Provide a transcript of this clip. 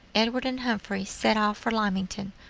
edward and humphrey set off for lymington,